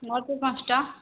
ନଅରୁ ପାଞ୍ଚଟା